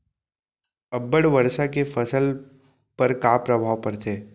अब्बड़ वर्षा के फसल पर का प्रभाव परथे?